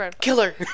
killer